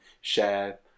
share